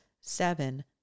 seven